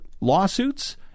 lawsuits